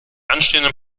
anstehenden